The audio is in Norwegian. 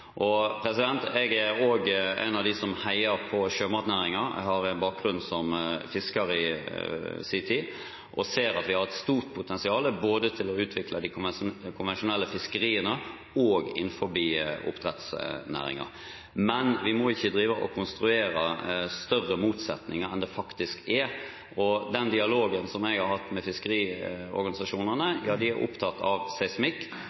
og petroleumsnæringen. Jeg er en av dem som heier på sjømatnæringen – jeg har bakgrunn som fisker i sin tid – og ser at vi har et stort potensial for å utvikle både de konvensjonelle fiskeriene og også oppdrettsnæringen. Men vi må ikke konstruere større motsetninger enn det faktisk er. Ut fra den dialogen som jeg har hatt med fiskeriorganisasjonene: Ja, de er opptatt av